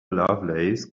lovelace